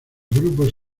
grupos